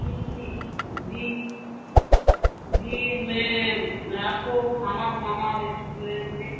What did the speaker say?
जी जी जी मैं आपको खाना बनाना है रेस्टोरेंट में